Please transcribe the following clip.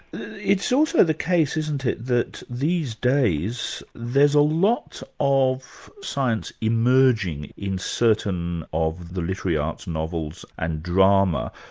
it's also the case isn't it, that these days, there's a lot of science emerging in certain of the literary arts, novels and drama.